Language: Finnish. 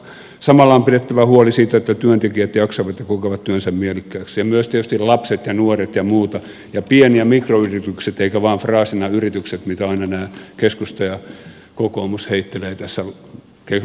samalla on pidettävä huoli siitä että työntekijät jaksavat ja kokevat työnsä mielekkääksi ja myös tietysti lapset ja nuoret ja muuta ja pienet mikroyritykset eikä vain fraasina yritykset mitä aina nämä keskusta ja kokoomus heittelevät tässä